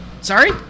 Sorry